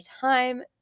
time